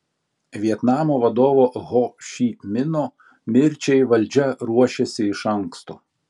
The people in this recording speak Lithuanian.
vietnamo vadovo ho ši mino mirčiai valdžia ruošėsi iš anksto